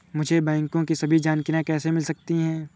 मुझे बैंकों की सभी जानकारियाँ कैसे मिल सकती हैं?